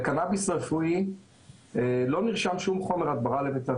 לקנאביס רפואי לא נרשם שום חומר הדברה למיטב